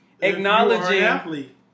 acknowledging